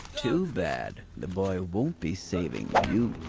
too bad the boy won't be saving you.